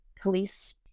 police